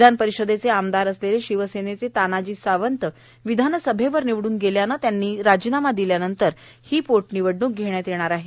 विधानपरिषदेचे आमदार असलेले शिवसेनेचे तानाजी सावंत विधानसभेत निवडून गेल्याने त्यांनी राजीनामा दिल्यानंतर ही पोटनिवडण्क होत आहे